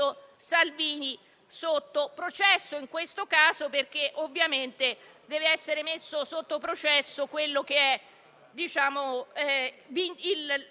La questione dei migranti in questo Paese non è solo un interesse pubblico, ma è anche un allarme sociale